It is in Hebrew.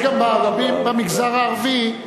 יש גם במגזר הערבי.